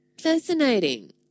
Fascinating